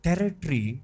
Territory